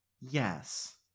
Yes